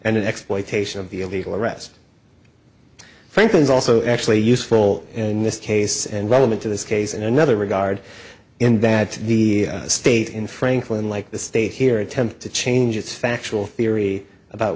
and exploitation of the illegal arrest franklin's also actually useful in this case and relevant to this case in another regard in that the state in franklin like the state here attempt to change its factual theory about